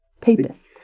Papist